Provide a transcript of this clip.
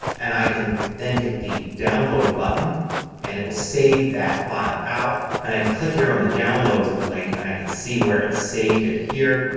and i can then hit the download button and it will save that file out. and click here on the download link and i can see where it's saved it here.